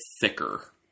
thicker